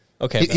Okay